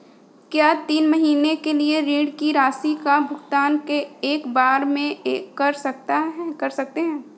क्या तीन महीने के ऋण की राशि का भुगतान एक बार में कर सकते हैं?